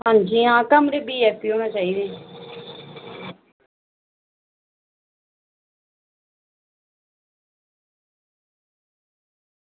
आं जी आं कमरे वीआईपी होने चाहिदे